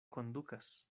kondukas